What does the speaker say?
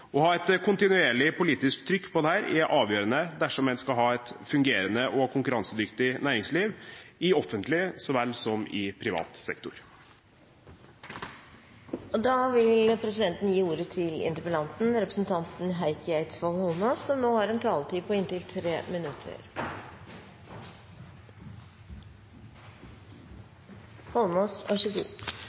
Å ha et kontinuerlig politisk trykk på dette er avgjørende dersom en skal ha et fungerende og konkurransedyktig næringsliv, i offentlig sektor så vel som i privat sektor.